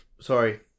sorry